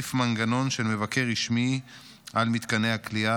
להוסיף מנגנון של מבקר רשמי על מתקני הכליאה